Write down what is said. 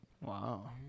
Wow